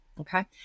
Okay